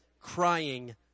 crying